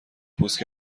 پوست